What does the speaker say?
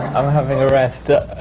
i'm having a rest. the